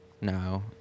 No